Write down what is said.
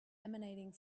emanating